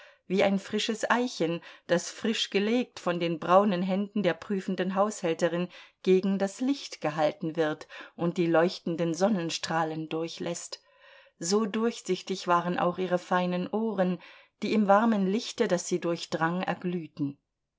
wie ein frisches eichen das frisch gelegt von den braunen händen der prüfenden haushälterin gegen das licht gehalten wird und die leuchtenden sonnenstrahlen durchläßt so durchsichtig waren auch ihre feinen ohren die im warmen lichte das sie durchdrang erglühten